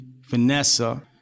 Vanessa